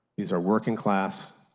these are working class,